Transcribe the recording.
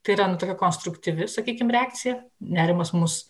tiriant konstruktyvi sakykim reakcija nerimas mus